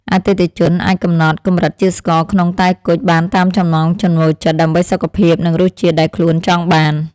អតិថិជនអាចកំណត់កម្រិតជាតិស្ករក្នុងតែគុជបានតាមចំណង់ចំណូលចិត្តដើម្បីសុខភាពនិងរសជាតិដែលខ្លួនចង់បាន។